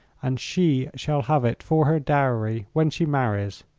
and she shall have it for her dowry when she marries.